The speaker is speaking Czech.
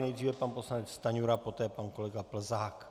Nejdříve pan poslanec Stanjura, poté pan kolega Plzák.